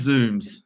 Zooms